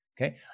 Okay